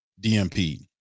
DMP